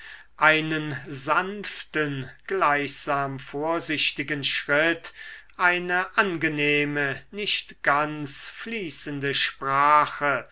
einen sanften gleichsam vorsichtigen schritt eine angenehme nicht ganz fließende sprache